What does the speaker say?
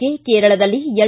K ಕೇರಳದಲ್ಲಿ L